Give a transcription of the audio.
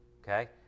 okay